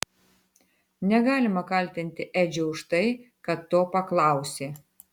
negalima kaltinti edžio už tai kad to paklausė